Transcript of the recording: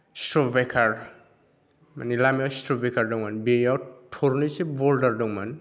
speed breaker माने लामायाव speed breaker मोनसे दङमोन बेयाव थरनैसो बल्दार दंमोन